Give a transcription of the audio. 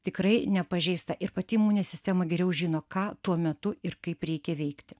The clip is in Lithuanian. tikrai nepažeista ir pati imuninė sistema geriau žino ką tuo metu ir kaip reikia veikti